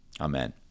amen